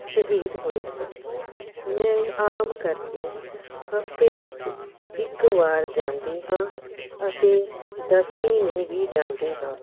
ਸ਼ਹੀਦ ਹੋਏ ਸਨ ਮੈਂ ਆਮ ਕਰਕੇ ਹਫਤੇ ਵਿੱਚ ਇੱਕ ਵਾਰ ਜਾਂਦੀ ਹਾਂ ਅਤੇ ਦਸਵੀਂ ਨੂੰ ਵੀ ਜਾਂਦੀ ਹਾਂ